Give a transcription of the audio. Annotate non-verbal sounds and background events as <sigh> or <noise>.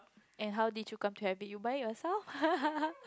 and how did you come to have it you buy it yourself <laughs>